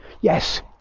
Yes